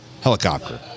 helicopter